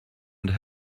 and